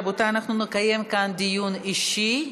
רבותיי, אנחנו נקיים כאן דיון אישי.